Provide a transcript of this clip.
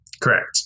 Correct